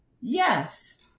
Yes